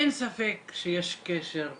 אין ספק שיש קשר הדוק,